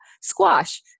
squash